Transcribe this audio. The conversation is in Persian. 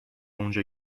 اونجا